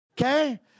okay